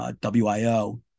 W-I-O